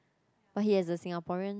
but he has a Singaporean